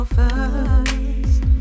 first